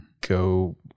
go